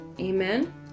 Amen